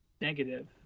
negative